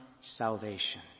salvation